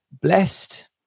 blessed